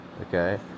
Okay